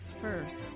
first